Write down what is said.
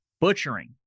butchering